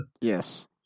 Yes